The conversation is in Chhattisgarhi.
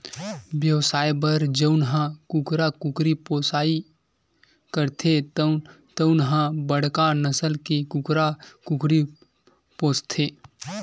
बेवसाय बर जउन ह कुकरा कुकरी पोसइ करथे तउन ह बड़का नसल के कुकरा कुकरी पोसथे